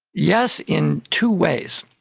yes, in two ways.